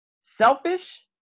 Selfish